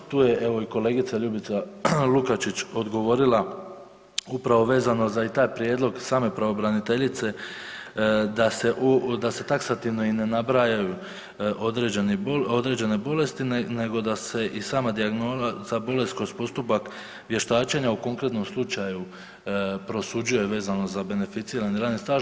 Tu je evo i kolegica Ljubica Lukačić odgovorila upravo vezano za i taj prijedlog same pravobraniteljice da se taksativno i ne nabrajaju određene bolesti, nego da se i sama dijagnoza za bolest kroz postupak vještačenja u konkretnom slučaju prosuđuje vezano za beneficirani radni staž.